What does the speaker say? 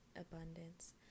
abundance